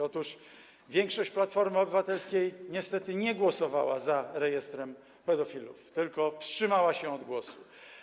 Otóż większość Platformy Obywatelskiej niestety nie głosowała za rejestrem pedofilów, tylko wstrzymała się od głosu.